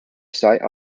site